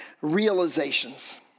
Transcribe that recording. realizations